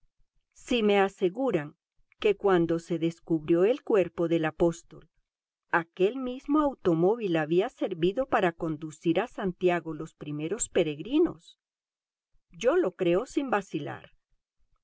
si me aseguran que cuando se descubrió el cuerpo del apóstol aquel mismo automóvil había servido para conducir a santiago los primeros peregrinos yo lo creo sin vacilar